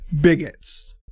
bigots